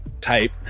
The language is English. type